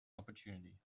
opportunity